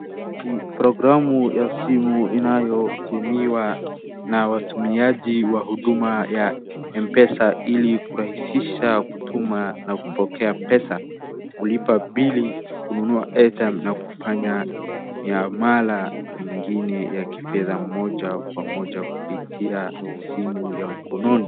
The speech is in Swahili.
Programu ya simu ambayo inayotumiwa na watumiaji wa huduma ya mpesa ili kurahisisha kutuma na kupokea pesa, kulipa bill , kununua airtime na kufanya miamala mingine ya kifedha moja kwa moja kupitia simu ya mkononi